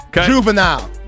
Juvenile